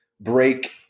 break